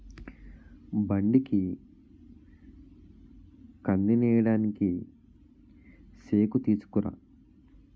బండికి కందినేయడానికి సేకుతీసుకురా